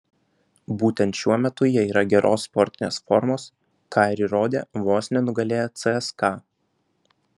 būtent šiuo metu jie yra geros sportinės formos ką ir įrodė vos nenugalėję cska